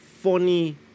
funny